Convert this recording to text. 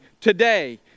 today